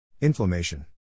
Inflammation